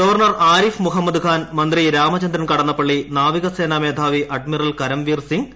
governor Arif Muhammad Khan മന്ത്രി രാമചന്ദ്രൻ കടന്നപ്പളളി നാവിക സേന മേധാവി അഡ്മിറൽ കരം വീർ സിംഗ്